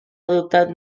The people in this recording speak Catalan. adoptat